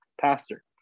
pastor